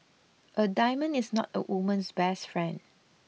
a diamond is not a woman's best friend